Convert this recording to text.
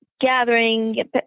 gathering